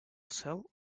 cel